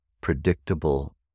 predictable